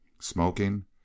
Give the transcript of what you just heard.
Smoking